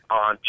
on